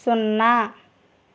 సున్నా